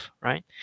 right